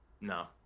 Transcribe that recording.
no